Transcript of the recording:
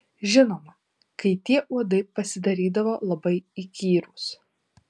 žinoma kai tie uodai pasidarydavo labai įkyrūs